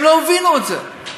הם לא הבינו את זה.